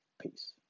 Peace